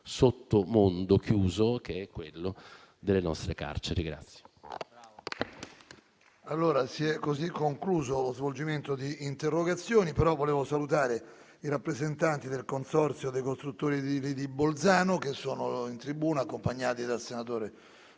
sottomondo chiuso, che è quello delle nostre carceri.